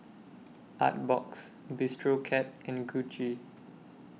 Artbox Bistro Cat and Gucci